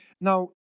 Now